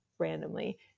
randomly